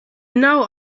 knows